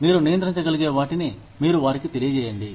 మీరు నియంత్రించగలిగే వాటిని మీరు వారికి తెలియజేయండి